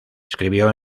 escribió